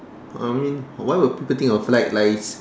I mean why will people think of fried rice